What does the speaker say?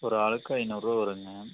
ஒரு ஆளுக்கு ஐநூறுரூவா வருங்க